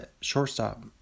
Shortstop